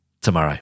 tomorrow